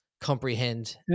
comprehend